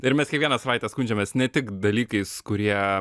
ir mes kiekvieną savaitę skundžiamės ne tik dalykais kurie